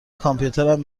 کامپیوترم